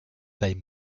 taille